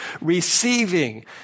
receiving